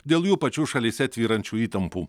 dėl jų pačių šalyse tvyrančių įtampų